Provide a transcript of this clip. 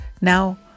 Now